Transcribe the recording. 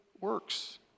works